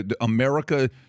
America